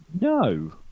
No